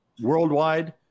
Worldwide